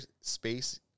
space